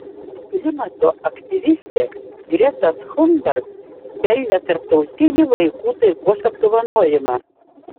klimato aktyvistė greta thunberg pelnė tarptautinį vaikų taikos apdovanojimą